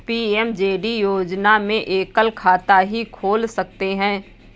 PMJD योजना में एकल खाता ही खोल सकते है